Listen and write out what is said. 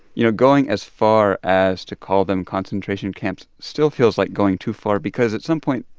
you know, going as far as to call them concentration camps still feels like going too far because at some point,